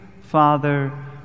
Father